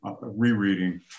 rereading